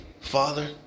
Father